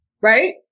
right